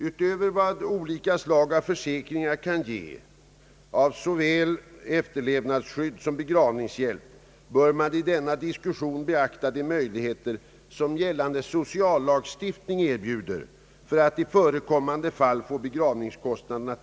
Utöver vad olika slag av försäkringar kan ge i form av såväl efterlevandeskydd som begravningshjälp bör man i denna diskussion beakta de möjligheter, som gällande sociallagstiftning erbjuder för att i förekommande fall täcka begravningskostnaderna.